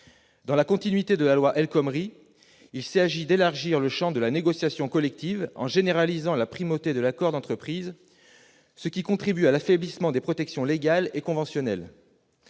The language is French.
Dans la continuité de la loi El Khomri, il s'agit d'élargir le champ de la négociation collective en généralisant la primauté de l'accord d'entreprise, ce qui contribuera à l'affaiblissement des protections légales et conventionnelles.